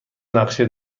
نقشه